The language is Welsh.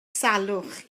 salwch